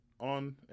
on